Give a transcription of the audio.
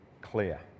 clear